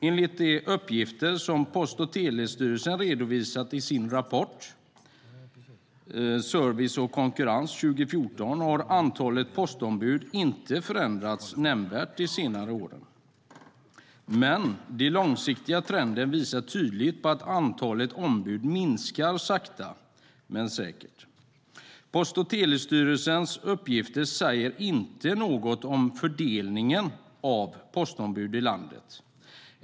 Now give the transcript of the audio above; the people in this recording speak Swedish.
Enligt de uppgifter som Post och telestyrelsen har redovisat i sin rapport Service och konkurrens 2014 har antalet postombud inte förändrats nämnvärt de senaste åren. Men den långsiktiga trenden visar tydligt att antalet ombud minskar sakta men säkert. I Post och telestyrelsens uppgifter står det inte något om fördelningen av postombud i landet.